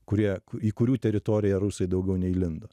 kurie į kurių teritoriją rusai daugiau neįlindo